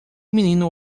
menino